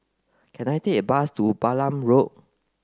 can I take a bus to Balam Road